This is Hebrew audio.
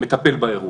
מטפל באירוע.